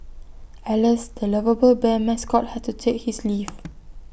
alas the lovable bear mascot had to take his leave